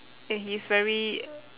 and he's very